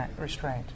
restraint